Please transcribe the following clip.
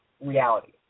reality